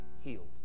healed